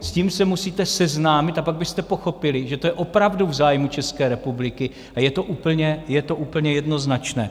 S tím se musíte seznámit a pak byste pochopili, že to je opravdu v zájmu České republiky, a je to úplně, je to úplně jednoznačné.